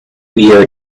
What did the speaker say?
year